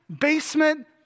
basement